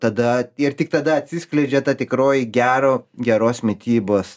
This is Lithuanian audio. tada ir tik tada atsiskleidžia ta tikroji gero geros mitybos